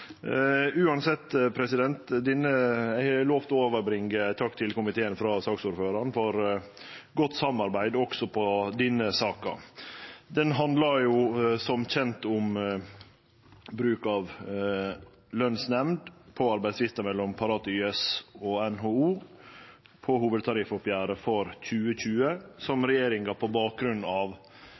Eg har lova å takke komiteen frå saksordføraren for godt samarbeid også i denne saka. Uansett: Saka handlar som kjent om bruk av lønsnemnd i arbeidstvistar mellom Parat/YS og NHO i hovudtariffoppgjeret for 2020, der regjeringa på bakgrunn av